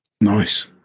Nice